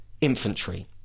infantry